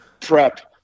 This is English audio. prep